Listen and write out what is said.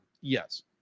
Yes